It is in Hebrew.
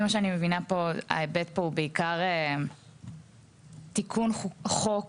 מה שאני מבינה פה ההיבט פה הוא בעיקר תיקון חוק,